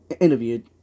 interviewed